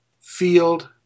field